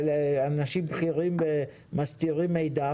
אנשים בכירים מסתירים מידע.